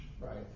Right